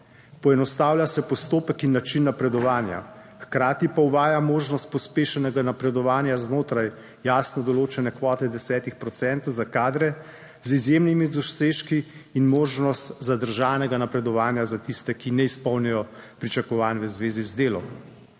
Poenostavlja se postopek in način napredovanja. Hkrati pa uvaja možnost pospešenega napredovanja znotraj jasno določene kvote 10 procentov za kadre z izjemnimi dosežki in možnost zadržanega napredovanja za tiste, ki ne izpolnijo pričakovanj v zvezi z delom.